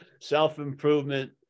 self-improvement